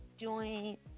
joint